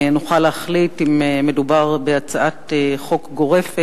נוכל להחליט אם מדובר בהצעת חוק גורפת,